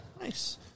Nice